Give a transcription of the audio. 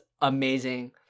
amazing